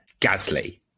Gasly